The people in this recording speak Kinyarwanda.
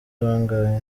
bangahe